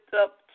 up